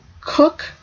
Cook